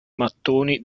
mattoni